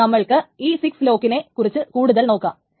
ഇനി നമ്മൾക്ക് ഈ SIX ലോക്കിനെ കുറിച്ച് കൂടുതൽ നോക്കാം